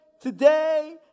today